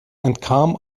entkam